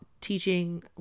teaching